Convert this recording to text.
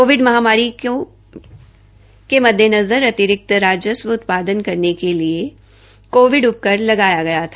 Covid महामारी के मददेनजर रखते हुए अतिरिक्त राजस्व उत्पन्न करने के लिए में कोविड उपकर लगाया गया था